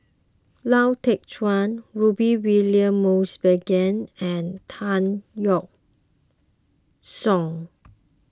Lau Teng Chuan Rudy William Mosbergen and Tan Yeok Seong